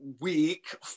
week